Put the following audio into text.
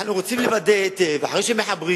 אנחנו רוצים לוודא היטב, אחרי שמחברים